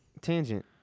tangent